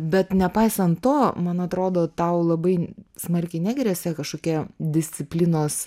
bet nepaisant to man atrodo tau labai smarkiai negresia kažkokie disciplinos